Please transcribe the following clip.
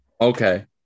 Okay